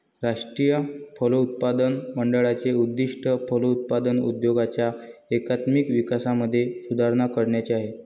राष्ट्रीय फलोत्पादन मंडळाचे उद्दिष्ट फलोत्पादन उद्योगाच्या एकात्मिक विकासामध्ये सुधारणा करण्याचे आहे